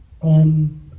on